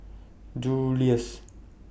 Julie's